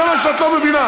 זה מה שאת לא מבינה.